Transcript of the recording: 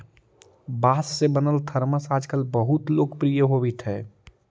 बाँस से बनल थरमस आजकल बहुत लोकप्रिय होवित हई